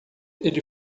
ele